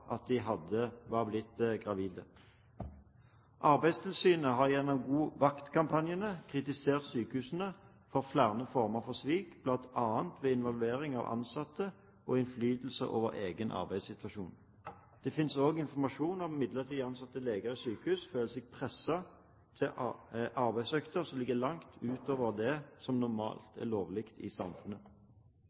at de var blitt gravide. Arbeidstilsynet har gjennom «God vakt!»-kampanjen kritisert sykehusene for flere former for svikt, bl.a. når det gjelder involvering av ansatte og innflytelse over egen arbeidssituasjon. Det finnes også informasjon om at midlertidig ansatte leger i sykehus føler seg presset til arbeidsøkter som ligger langt utover det som normalt er lovlig i samfunnet.